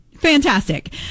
fantastic